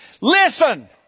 Listen